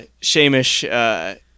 Shamish